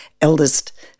eldest